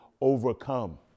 overcome